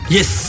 Yes